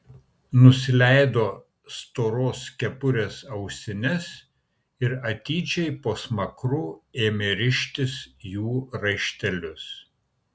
nusileido storos kepurės ausines ir atidžiai po smakru ėmė rištis jų raištelius